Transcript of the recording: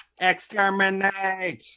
Exterminate